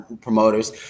promoters